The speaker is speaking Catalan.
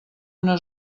una